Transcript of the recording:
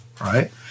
right